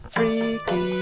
Freaky